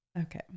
okay